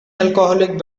alcoholic